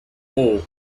hall